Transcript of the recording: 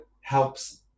helps